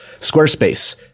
Squarespace